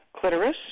clitoris